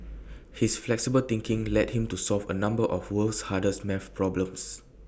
his flexible thinking led him to solve A number of the world's hardest math problems